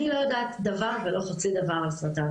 אני לא יודעת דבר ולא חצי דבר על סרטן.